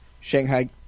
Shanghai